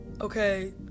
okay